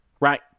right